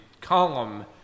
column